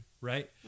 right